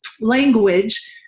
language